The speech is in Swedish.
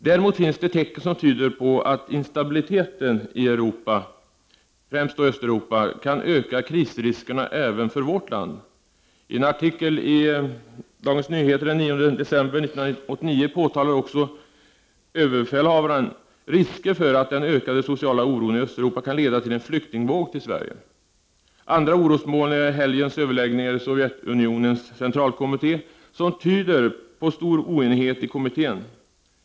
Däremot finns det tecken som tyder på att instabiliteten i Europa — 1 främst då i Östeuropa — kan öka krisriskerna även för vårt land. I en artikel i DN den 9 december 1989 påpekar också ÖB risker för att den ökande sociala oron i Östeuropa kan leda till en flyktingvåg till Sverige. Andra orosmoln är helgens överläggningar i Sovjetunionens centralkommitté, som tyder på stor oenighet i kommittén.